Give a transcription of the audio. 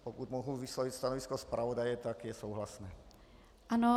Pokud mohu vyslovit stanovisko zpravodaje, tak je souhlasné.